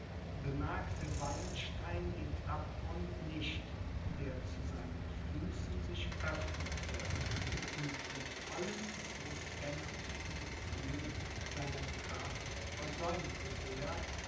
bemerkte wallenstein den abgrund nicht der zu seinen füßen sich öffnete und im vollen lebendigen gefühl seiner kraft versäumte er